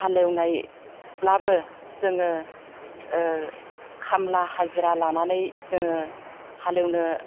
हालएवनायब्लाबो जोङो खामला हाजिरा लानानै जोङो हालएवनो